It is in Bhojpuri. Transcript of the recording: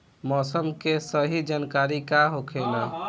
मौसम के सही जानकारी का होखेला?